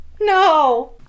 No